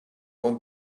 want